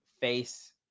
face